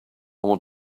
want